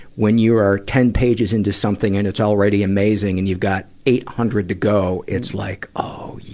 when you are ten pages into something and it's already amazing, and you've got eight hundred to go, it's like oh